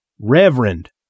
Reverend